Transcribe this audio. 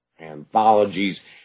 anthologies